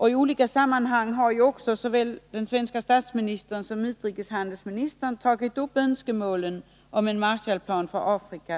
I olika sammanhang har såväl den svenske statsministern som den svenske utrikeshandelsministern i positiva ordalag tagit upp önskemål om en Marshallplan för Afrika.